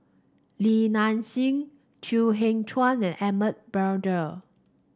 Li Nanxing Chew Kheng Chuan and Edmund Blundell